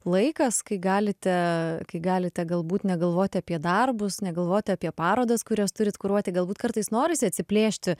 laikas kai galite kai galite galbūt negalvot apie darbus negalvoti apie parodas kurias turit kuruoti galbūt kartais norisi atsiplėšti